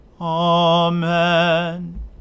Amen